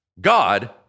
God